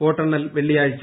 വോട്ടെണ്ണൽ വെള്ളിയാഴ്ച